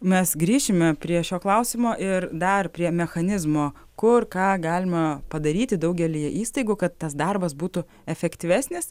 mes grįšime prie šio klausimo ir dar prie mechanizmo kur ką galima padaryti daugelyje įstaigų kad tas darbas būtų efektyvesnis